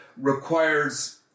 requires